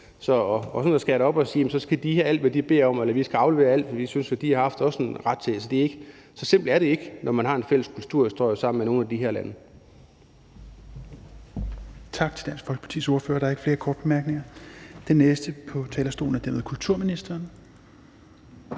at skære det op og sige, at de skal have alt, hvad de beder om, eller at vi skal aflevere alt, hvad de synes de har haft en ret til, er ikke så simpelt, når man har en fælles kulturhistorie sammen med nogle af de her lande.